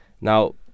now